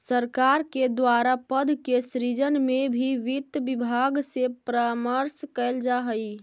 सरकार के द्वारा पद के सृजन में भी वित्त विभाग से परामर्श कैल जा हइ